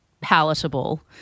palatable